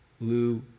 Lou